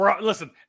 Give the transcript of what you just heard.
Listen